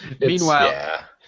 Meanwhile